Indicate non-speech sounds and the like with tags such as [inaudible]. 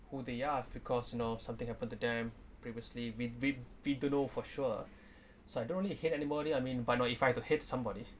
who they are because you know something happened to them previously with with we don't know for sure [breath] so I don't really hate anybody I mean but no if I had to hate somebody